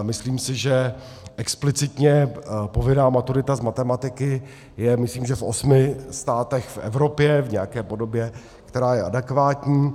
Myslím si, že explicitně povinná maturita z matematiky je, myslím, v osmi státech v Evropě v nějaké podobě, která je adekvátní.